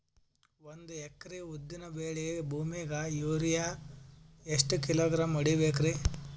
ಒಂದ್ ಎಕರಿ ಉದ್ದಿನ ಬೇಳಿ ಭೂಮಿಗ ಯೋರಿಯ ಎಷ್ಟ ಕಿಲೋಗ್ರಾಂ ಹೊಡೀಬೇಕ್ರಿ?